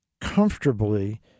comfortably